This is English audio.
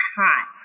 hot